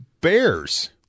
Bears